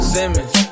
Simmons